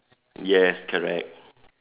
yes correct